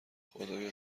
خدایا